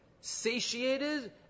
satiated